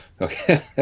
okay